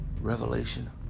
revelation